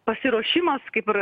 pasiruošimas kaip ir